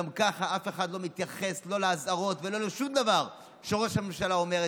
גם ככה אף אחד לא מתייחס לא לאזהרות ולא לשום דבר שראש הממשלה אומר,